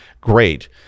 great